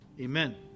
Amen